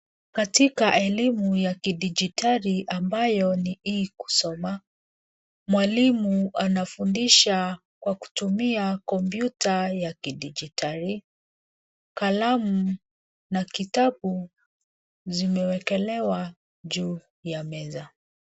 Katika elimu ya kidijitali ambayo ni e-kusoma. Mwalimu anafundisha kwa kutumia kompyuta ya kidijitali. Kalamu na kitabu zimewekelewa juu ya meza.